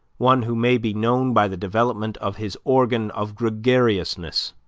one who may be known by the development of his organ of gregariousness,